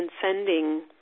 transcending